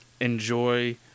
enjoy